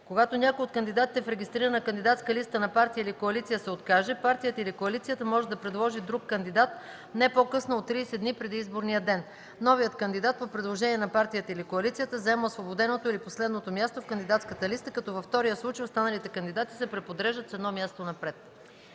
Когато някой от кандидатите в регистрирана кандидатска листа на партия или коалиция се откаже, партията или коалицията може да предложи друг кандидат не по-късно от 30 дни преди изборния ден. Новият кандидат по предложение на партията или коалицията заема освободеното или последното място в кандидатската листа, като във втория случай останалите кандидати се преподреждат с едно място напред.”